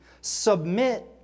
Submit